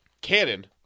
Cannon